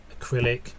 acrylic